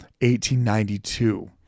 1892